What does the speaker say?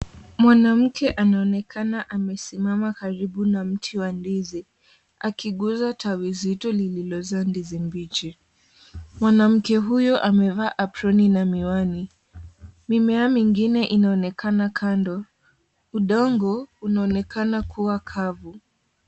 Mwanamke anaonekana amesimama karibu na mti wa ndizi, akiguza tawi zito lilozaa ndizi mbichi. Mwanamke huyo amavaa aproni na miwani. Mimea mengine inaonekana kando, udongo inaonekana kuwa kavu.